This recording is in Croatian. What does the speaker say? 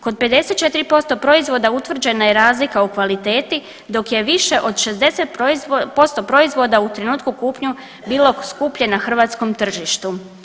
Kod 54% proizvoda utvrđena je razlika u kvaliteti, dok je više od 60 posto proizvoda u trenutku kupnje bilo skuplje na hrvatskom tržištu.